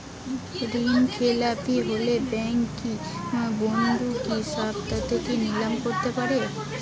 ঋণখেলাপি হলে ব্যাঙ্ক কি বন্ধকি সম্পত্তি নিলাম করতে পারে?